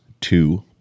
two